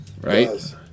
right